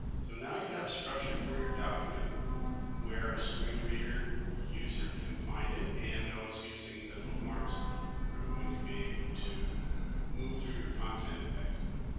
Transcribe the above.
so now you have structure for your document where a screen reader user can find it, and those using the bookmarts are going to be able to move through your content effectively